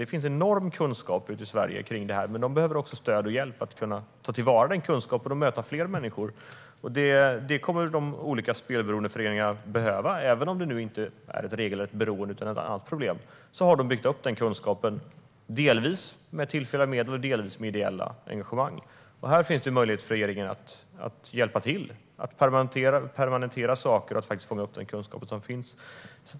Det finns en enorm kunskap om detta ute i Sverige i dag, men det behövs stöd och hjälp för att kunna ta till vara denna kunskap och möta fler människor. Detta kommer de olika spelberoendeföreningarna att behöva. Även om det inte är ett regelrätt beroende utan ett annat problem har kunskap byggts upp dels med tillfälliga medel, dels med ideellt engagemang. Här finns en möjlighet för regeringen att hjälpa till att permanenta saker och fånga upp den kunskap som finns.